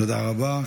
תודה רבה.